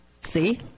See